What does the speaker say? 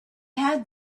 had